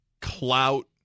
Clout